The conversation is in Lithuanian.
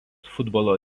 futbolo